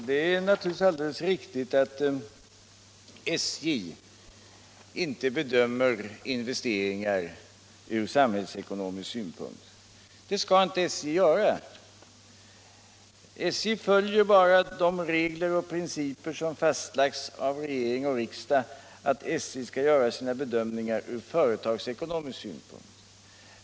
Herr talman! Det är naturligtvis alldeles riktigt att SJ inte bedömer investeringarna ur samhällsekonomisk synvinkel. Det skall inte SJ göra. SJ följer bara de regler och principer som fastlagts av regering och riksdag om att SJ skall göra sina bedömningar ur företagsekonomisk synvinkel.